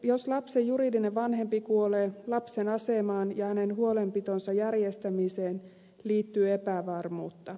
jos lapsen juridinen vanhempi kuolee lapsen asemaan ja hänen huolenpitonsa järjestämiseen liittyy epävarmuutta